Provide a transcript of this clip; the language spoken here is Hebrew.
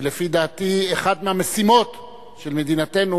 ולפי דעתי אחת מהמשימות של מדינתנו,